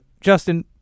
Justin